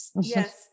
yes